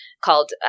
called